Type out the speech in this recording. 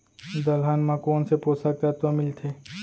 दलहन म कोन से पोसक तत्व मिलथे?